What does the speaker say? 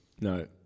no